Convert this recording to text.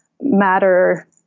matter